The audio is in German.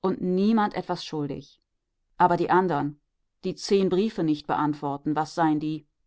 und niemand etwas schuldig aber die anderen die zehn briefe nicht beantworten was seien die